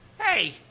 Hey